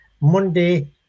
monday